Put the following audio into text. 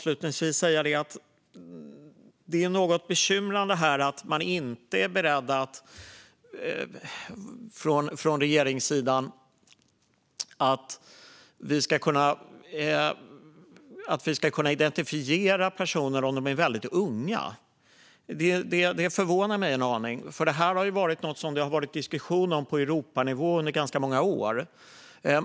Det som är något bekymrande är att man från regeringssidan inte är beredd att se till att vi ska kunna identifiera personer om de är väldigt unga. Det förvånar mig en aning, för det har varit diskussion om detta på Europanivå under ganska många år.